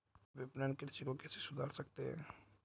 विपणन कृषि को कैसे सुधार सकते हैं?